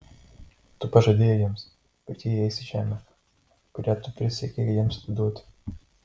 tu pažadėjai jiems kad jie įeis į žemę kurią tu prisiekei jiems atiduoti